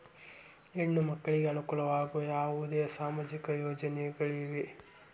ಹೆಣ್ಣು ಮಕ್ಕಳಿಗೆ ಅನುಕೂಲವಾಗುವ ಯಾವುದೇ ಸಾಮಾಜಿಕ ಯೋಜನೆಗಳಿವೆಯೇ?